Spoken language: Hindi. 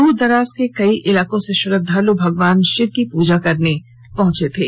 दूर दराज के कई इलाकों से श्रद्दालु भगवान शिव की पूजा करने पहुंचे थे